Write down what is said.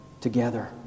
together